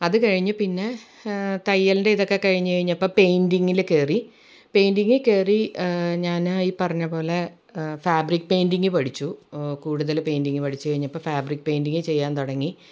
അത് കഴിഞ്ഞ് പിന്നെ തയ്യലിൻ്റെ ഇതൊക്കെ കഴിഞ്ഞ് കഴിഞ്ഞപ്പം പെയിൻറ്റിങ്ങില് കയറി പെയ്റ്റിങ്ങിന് കയറി ഞാനാ ഈ പറഞ്ഞ പോലെ ഫാബ്രിക് പേയ്റ്റിങ്ങ് പഠിച്ചു കൂടുതൽ പെയ്റ്റിങ്ങ് പഠിച്ചു കഴിഞ്ഞപ്പോൾ ഫാബ്രിക് പേയ്റ്റിങ്ങ് ചെയ്യാന് തുടങ്ങി